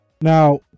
now